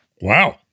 Wow